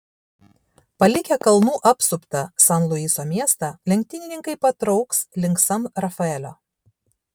palikę kalnų apsuptą san luiso miestą lenktynininkai patrauks link san rafaelio